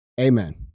Amen